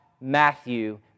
Matthew